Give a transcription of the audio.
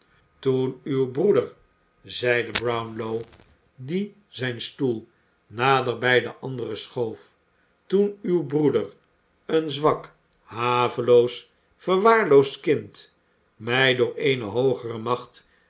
toen uw broeder zeide brownlow die zijn stoel nader bij den anderen schoof toen uw broeder een zwak haveloos verwaarloosd kind mij door eene hoogere macht